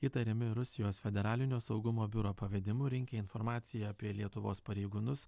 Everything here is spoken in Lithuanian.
įtariami rusijos federalinio saugumo biuro pavedimu rinkę informaciją apie lietuvos pareigūnus